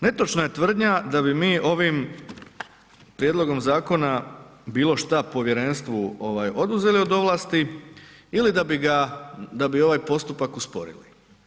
Netočna je tvrdnja da bi mi ovim prijedlogom zakona bilo šta povjerenstvu oduzeli od ovlasti ili da bi ovaj postupak usporili.